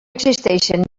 existeixen